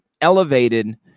elevated